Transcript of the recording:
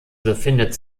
befindet